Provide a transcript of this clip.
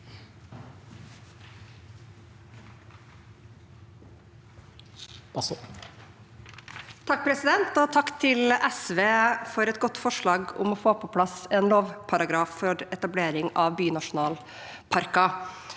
(MDG) Takk til SV for et godt forslag om å få på plass en lovparagraf for etablering av bynasjonalparker.